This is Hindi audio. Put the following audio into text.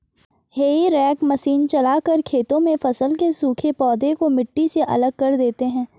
हेई रेक मशीन चलाकर खेतों में फसल के सूखे पौधे को मिट्टी से अलग कर देते हैं